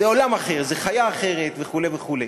זה עולם אחר, זה חיה אחרת, וכו' וכו'.